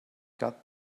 got